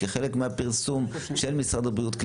כחלק מהפרסום של משרד הבריאות,